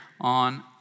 on